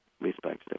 respects